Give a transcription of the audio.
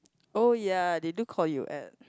oh ya they do call you at